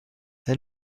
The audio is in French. elle